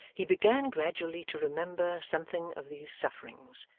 he began gradually to remember something of these sufferings,